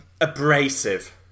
abrasive